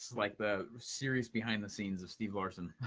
like the series behind the scenes of steve larsen